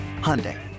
Hyundai